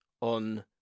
on